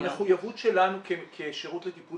המחויבות שלנו כשירות לטיפול